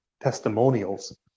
testimonials